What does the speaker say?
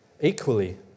Equally